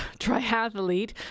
triathlete